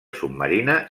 submarina